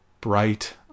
Bright